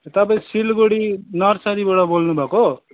तपाईँ सिलगडी नर्सरीबाट बोल्नु भएको